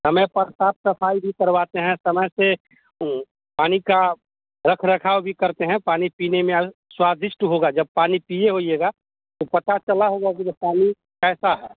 समय पर साफ सफाई भी करवाते हैं समय से पानी का रख रखाव भी करते हैं पानी पीने में स्वादिष्ट होगा जब पानी पीये होंगे तो पता चला होगा कि जो पानी कैसा है